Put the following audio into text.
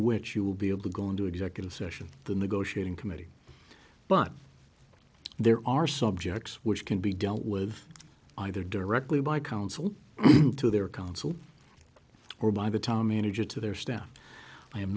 which you will be able to go into executive session the negotiating committee but there are subjects which can be dealt with either directly by council to their council or by the town manager to their staff i am